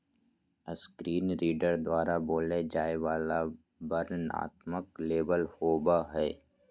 screen reader द्वारा बोलय जाय वला वर्णनात्मक लेबल होबो हइ